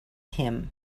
him